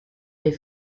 des